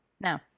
Now